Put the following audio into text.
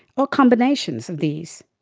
or combinations of these.